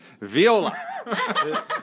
viola